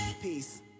Peace